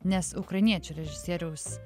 nes ukrainiečių režisieriaus